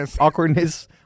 Awkwardness